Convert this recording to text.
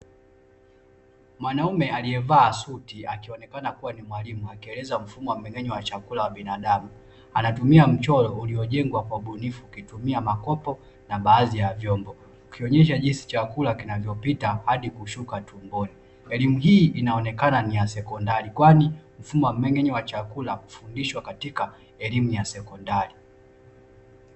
Mwanaume aliyevaa suti akionekana kuwa ni mwalimu, akieleza somo la mmeng’enyo wa chakula wa binadamu, anatumia mchoro uliojengwa kwa ubunifu ukitumia makopo na baadhi ya vyombo, ukionyesha jinsi chakula kinavyo pita hadi kinavyotoka tumbuni, elimu hii inaonekana ni ya sekondari kwani mfumo wa mmeng’enyo wa chakula hufundishwa katika elimu ya sekondari.